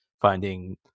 finding